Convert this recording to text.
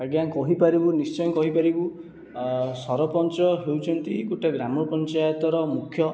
ଆଜ୍ଞା କହିପାରିବୁ ନିଶ୍ଚୟ କହିପାରିବୁ ସରପଞ୍ଚ ହେଉଛନ୍ତି ଗୋଟିଏ ଗ୍ରାମ ପଞ୍ଚାୟତର ମୁଖ୍ୟ